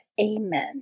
Amen